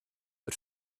but